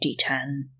D10